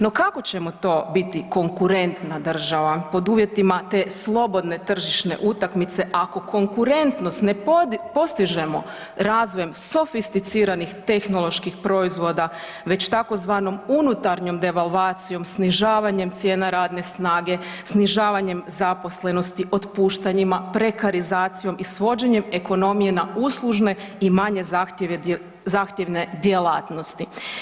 No kako ćemo to biti konkurentna država pod uvjetima te slobodne tržišne utakmice ako konkurentnost ne postižemo razvojem sofisticiranih tehnoloških proizvoda već tzv. unutarnjom devalvacijom, snižavanjem cijena radne snage, snižavanjem zaposlenosti, otpuštanje, prekarizacijom i svođenjem ekonomije na uslužne i manje zahtjevne djelatnosti?